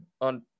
on